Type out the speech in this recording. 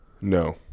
no